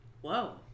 Whoa